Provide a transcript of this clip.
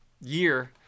year